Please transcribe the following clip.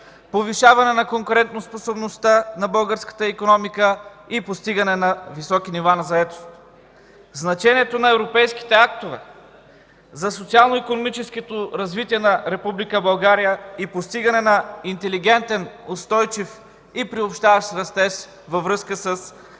повишаване на конкурентоспособността на българската икономика и постигане на високи нива на заетост. Значението на европейските актове за социално-икономическото развитие на Република България и постигане на интелигентен, устойчив и приобщаващ растеж във връзка с